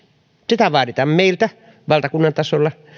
sitä vaaditaan meiltä valtakunnan tasolla